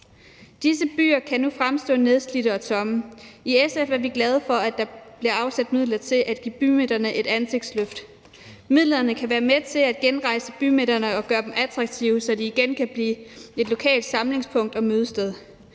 Disse byer kan nu fremstå nedslidte og tomme. I SF er vi glade for, at der bliver afsat midler til at give bymidterne et ansigtsløft. Midlerne kan være med til at genrejse bymidterne og gøre dem attraktive, så de igen kan blive et lokalt samlingspunkt og mødested.